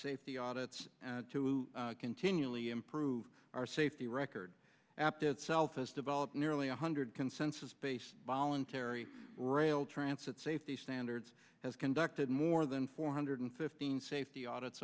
safety audits to continually improve our safety record apt itself has developed nearly one hundred consensus based voluntary rail transit safety standards has conducted more than four hundred fifteen safety audit